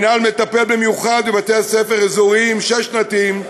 המינהל מטפל במיוחד בבתי-ספר אזוריים שש-שנתיים,